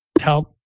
help